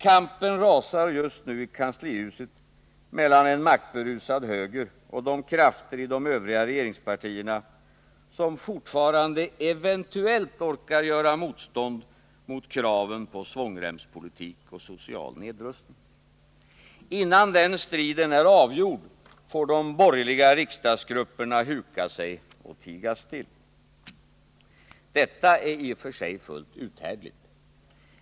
Maktkampen rasar just nu i kanslihuset mellan en maktberusad höger och de krafter i de övriga regeringspartierna som fortfarande eventuellt orkar göra motstånd mot kraven på svångremspolitik och social nedrustning. Innan den striden är avgjord, får de borgerliga riksdagsgrupperna huka sig och tiga still. Detta är i och för sig fullt uthärdligt.